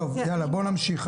בואו נמשיך.